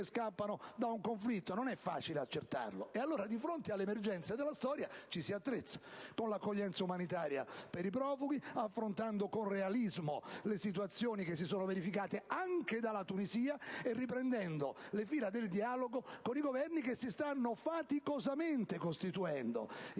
scappano da un conflitto, non è facile accertarlo. E allora, di fronte alle emergenze della storia, ci si attrezza: con l'accoglienza umanitaria per i profughi, affrontando con realismo le situazioni che si sono verificate anche dalla Tunisia e riprendendo le fila del dialogo con i Governi che si stanno faticosamente costituendo.